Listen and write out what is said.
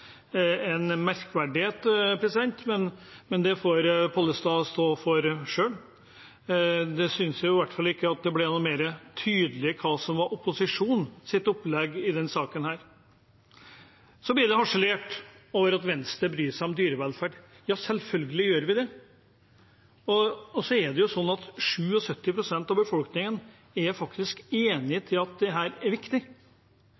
en merkverdighet – men det får Pollestad stå for selv. Jeg synes i hvert fall ikke det ble noe mer tydelig hva som er opposisjonens opplegg i denne saken. Så blir det harselert over at Venstre bryr seg om dyrevelferd. Ja, selvfølgelig gjør vi det. 77 pst. av befolkningen er faktisk